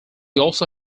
also